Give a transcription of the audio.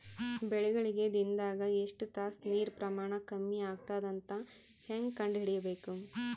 ಬೆಳಿಗಳಿಗೆ ದಿನದಾಗ ಎಷ್ಟು ತಾಸ ನೀರಿನ ಪ್ರಮಾಣ ಕಮ್ಮಿ ಆಗತದ ಅಂತ ಹೇಂಗ ಕಂಡ ಹಿಡಿಯಬೇಕು?